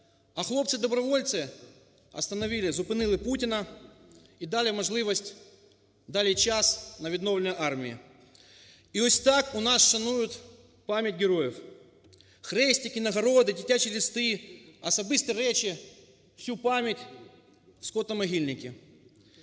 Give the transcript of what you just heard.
А хлопці-добровольціостановили, зупинили Путіна і дали можливість, дали час на відновлення армії. І ось так у нас шанують пам'ять героїв! Хрестики, нагороди, дитячі листи, особисті речі – всю пам'ять в скотомогильники.